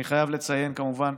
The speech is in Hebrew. אני חייב לציין, כמובן,